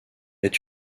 est